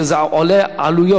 שהעלויות,